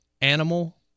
Animal